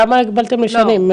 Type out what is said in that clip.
למה הגבלתם לשנים?